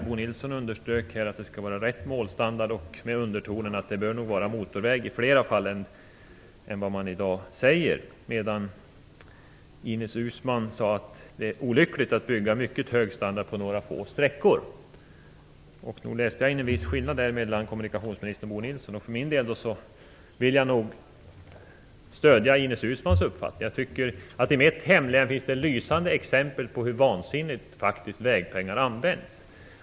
Bo Nilsson underströk att det skall vara rätt målstandard, med undertonen att det nog bör vara motorväg i flera fall än man i dag säger, medan Ines Uusmann sade att det är olyckligt att bygga mycket hög standard på några få sträckor. Nog läste jag in en viss skillnad mellan kommunikationsministern och Bo Nilsson. För min del vill jag nog stödja Ines Uusmanns uppfattning. I mitt hemlän finns det lysande exempel på hur vansinnigt vägpengarna faktiskt används.